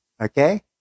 okay